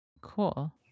Cool